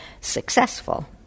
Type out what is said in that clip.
successful